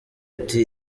ati